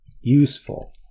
useful